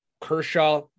Kershaw